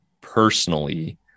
Personally